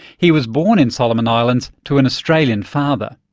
he was born in solomon islands to an australian father.